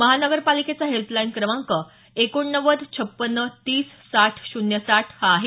महानगरपालिकेचा helpline क्रमांक एकोणनव्वद छप्पन्न तीस साठ शून्य साठ हा आहे